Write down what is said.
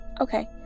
okay